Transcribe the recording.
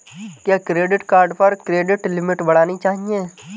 क्या credit card पर credit limit बढ़ानी चाहिए?